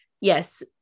yes